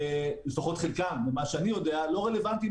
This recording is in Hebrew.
לפחות חלקם, ממה שאני יודע, לא רלוונטיים